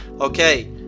okay